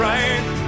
Right